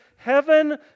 heaven